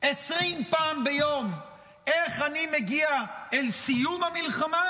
20 פעם ביום: איך אני מגיע אל סיום המלחמה,